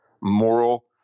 moral